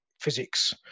physics